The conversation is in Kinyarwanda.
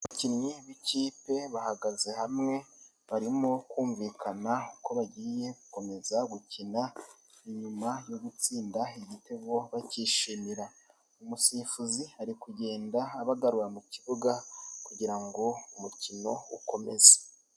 Abakinnyi b'ikipe bahagaze hamwe barimo kumvikana ko bagiye gukomeza gukina nyuma yo gutsinda igitego bakishimira, umusifuzi ari kugenda abagarukara mu kibuga kugira ngo umukino ukomeze.